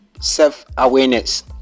self-awareness